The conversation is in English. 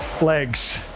Legs